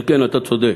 כן, כן, אתה צודק.